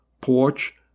porch